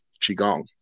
Qigong